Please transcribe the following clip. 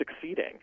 succeeding